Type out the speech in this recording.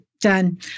Done